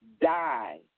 die